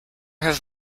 have